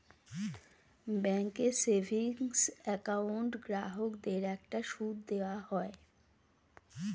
ব্যাঙ্কের savings account গ্রাহকদের একটা সুদ দেওয়া হয়